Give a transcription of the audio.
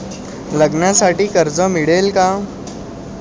लग्नासाठी कर्ज मिळेल का?